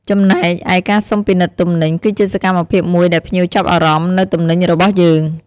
ចំណែកឯការសុំពិនិត្យទំនិញ គឺជាសកម្មភាពមួយដែលភ្ញៀវចាប់អារម្មណ៍នូវទំនិញរបស់យើង។